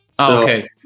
okay